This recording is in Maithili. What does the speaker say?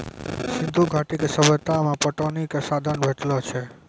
सिंधु घाटी के सभ्यता मे पटौनी के साधन भेटलो छै